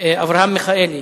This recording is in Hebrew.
אברהם מיכאלי,